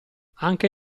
anche